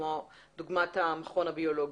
דוגמת המכון הביולוגי.